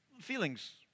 Feelings